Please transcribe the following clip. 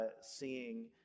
seeing